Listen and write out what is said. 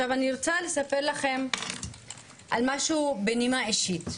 אני רוצה לספר לכם על משהו בנימה אישית.